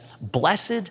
blessed